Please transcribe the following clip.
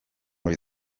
ohi